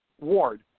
Ward